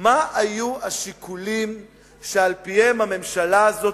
מה היו השיקולים שעל-פיהם הממשלה הזאת